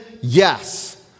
yes